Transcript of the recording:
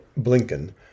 Blinken